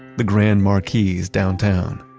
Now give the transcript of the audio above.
the grand marquis downtown,